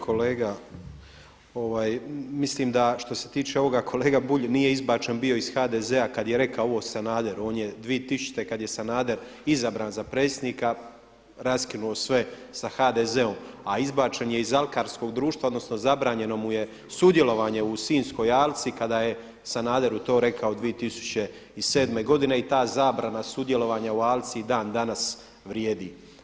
Kolega, mislim da što se tiče kolega Bulj nije izbačen bio iz HDZ-a kad je rekao ovo o Sanaderu, on je 2000. kad je Sanader izabran za predsjednika raskinuo sve sa HDZ-om a izbačen je iz alkarskog društva odnosno zabranjeno mu je sudjelovanje u Sinjskoj alci kada je Sanaderu to rekao 2007. godine i ta zabrana sudjelovanja u alci i dan danas vrijedi.